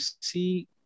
see